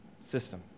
system